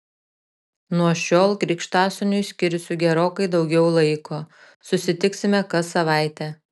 nuo šiol krikštasūniui skirsiu gerokai daugiau laiko susitiksime kas savaitę